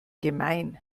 gemein